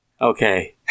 Okay